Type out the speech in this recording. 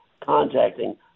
contacting